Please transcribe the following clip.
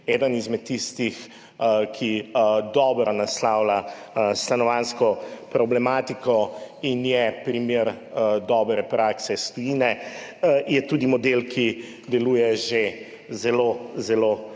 eden izmed tistih, ki dobro naslavlja stanovanjsko problematiko in je primer dobre prakse iz tujine, je tudi model, ki deluje že zelo, zelo dolgo